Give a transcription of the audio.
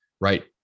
right